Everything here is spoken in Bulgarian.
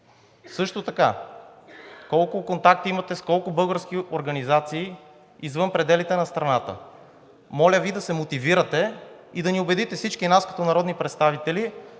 Също така, колко контакти имате – с колко български организации, извън пределите на страната? Моля Ви да се мотивирате и да ни убедите всички нас като народни представители,